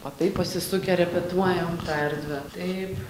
va taip pasisukę repetuojam tą erdvę taip